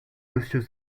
monsieur